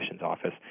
office